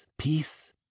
peace